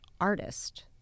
artist